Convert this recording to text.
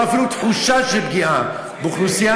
אתם לא צריכים להרגיש שנכשלתם במשהו.